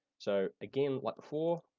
so, again like before,